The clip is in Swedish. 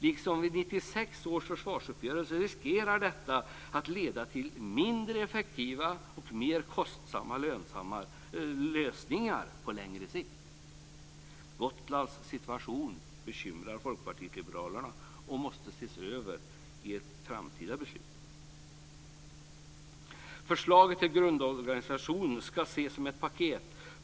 Liksom vid 1996 års försvarsuppgörelse riskerar detta att leda till mindre effektiva och mer kostsamma lösningar på längre sikt. Gotlands situation bekymrar Folkpartiet liberalerna, och den måste ses över i framtida beslut. Förslaget till grundorganisation ska ses som ett paket.